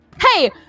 hey